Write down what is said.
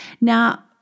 Now